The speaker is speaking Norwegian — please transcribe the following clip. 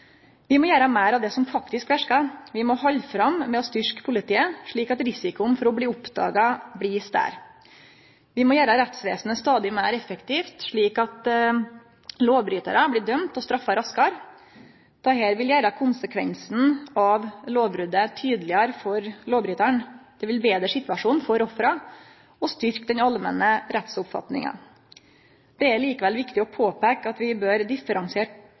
Vi må gjere meir av det som faktisk verkar. Vi må halde fram med å styrkje politiet, slik at risikoen for å bli oppdaga blir større. Vi må gjere rettsvesenet stadig meir effektivt, slik at lovbrytarar blir dømde og straffa raskare. Dette vil gjere konsekvensen av lovbrotet tydelegare for lovbrytaren, det vil betre situasjonen for offera og styrkje den allmenne rettsoppfatninga. Det er likevel viktig å peike på at vi bør